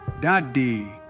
Daddy